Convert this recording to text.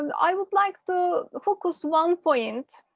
and i would like to focus one point.